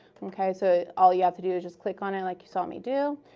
okay? so all you have to do is is click on it, like you saw me do,